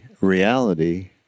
reality